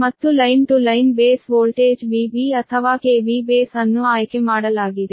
ಮತ್ತು line to line base voltage VB ಅಥವಾ KV base ಅನ್ನು ಆಯ್ಕೆಮಾಡಲಾಗಿದೆ